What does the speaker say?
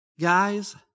Guys